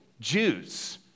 Jews